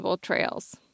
trails